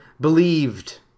believed